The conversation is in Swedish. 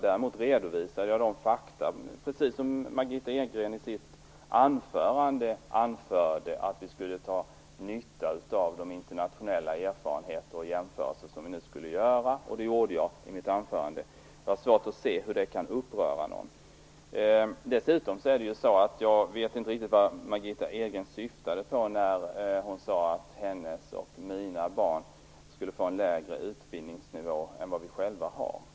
Däremot redovisade jag i mitt anförande - precis som Margitta Edgren anförde - att vi skulle dra nytta av de internationella erfarenheter och jämförelser som nu kommer att göras. Jag har svårt att se att det kan uppröra någon. Jag vet inte heller vad Margitta Edgren syftade på när hon sade att hennes och mina barn skulle få en lägre utbildningsnivå än vad vi själva har.